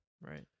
Right